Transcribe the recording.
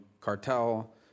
cartel